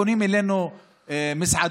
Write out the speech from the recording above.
פונות אלינו מסעדות,